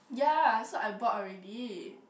yeah so I bought already